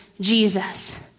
Jesus